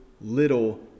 little